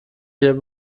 wieder